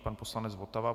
Pan poslanec Votava.